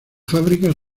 fábrica